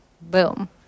Boom